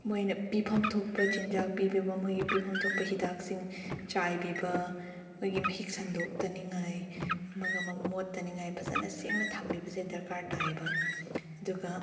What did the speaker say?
ꯃꯣꯏꯅ ꯄꯤꯐꯝ ꯊꯣꯛꯄ ꯆꯤꯟꯖꯥꯛ ꯄꯤꯕꯤꯕ ꯃꯣꯏꯒꯤ ꯄꯤꯐꯝ ꯊꯣꯛꯄ ꯍꯤꯗꯥꯛꯁꯤꯡ ꯆꯥꯏꯕꯤꯕ ꯃꯣꯏꯒꯤ ꯃꯍꯤꯛ ꯁꯟꯗꯣꯛꯇꯅꯤꯡꯉꯥꯏ ꯑꯃꯒ ꯑꯃꯒ ꯃꯣꯠꯇꯅꯤꯡꯉꯥꯏ ꯐꯖꯅ ꯁꯦꯡꯅ ꯊꯝꯕꯤꯕꯁꯦ ꯗꯔꯀꯥꯔ ꯇꯥꯏꯌꯦꯕ ꯑꯗꯨꯒ